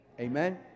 amen